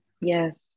yes